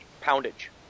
poundage